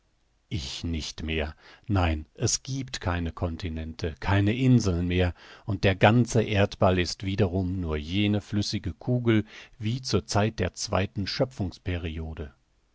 ich nicht mehr nein es giebt keine continente keine inseln mehr und der ganze erdball ist wiederum nur jene flüssige kugel wie zur zeit der zweiten